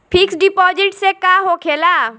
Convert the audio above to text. Fix deposit से का होखे ला?